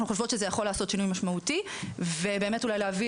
אנחנו חושבות שזה יכול לעשות שינוי משמעותי ובאמת אולי להביא